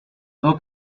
thou